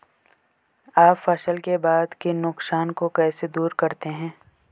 आप फसल के बाद के नुकसान को कैसे दूर करते हैं?